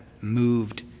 Moved